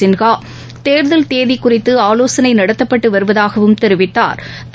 சின்ஹா தேர்தல் தேதி குறித்து ஆலோசனை நடத்தப்பட்டு வருவதாகவும் தெரிவித்தாள்